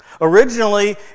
Originally